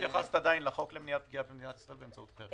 עדיין לא התייחסת לחוק למניעת פגיעה במדינת ישראל באמצעות חרם.